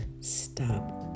stop